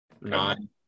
nine